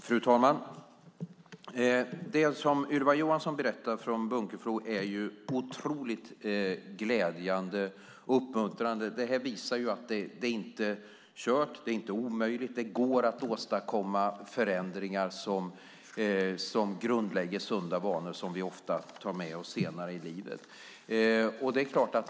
Fru talman! Det som Ylva Johansson berättar från Bunkeflo är otroligt glädjande och uppmuntrande. Det visar att det inte är kört och omöjligt. Det går att åstadkomma förändringar som grundlägger sunda vanor som vi ofta tar med oss senare i livet.